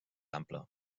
ample